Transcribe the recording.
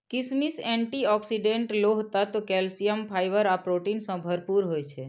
किशमिश antioxidant, लोह तत्व, कैल्सियम, फाइबर आ प्रोटीन सं भरपूर होइ छै